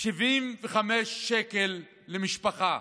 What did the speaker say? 75 שקל למשפחה.